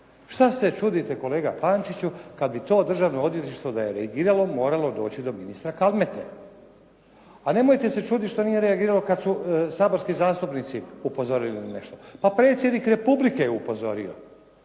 Šta se čudite kolega Pančiću kad bi to Državno odvjetništvo da je reagiralo moralo doći do ministra Kalmete. A nemojte se čuditi što nije reagiralo kad su saborski zastupnici upozorili na nešto. Pa Predsjednik Republike je upozorio.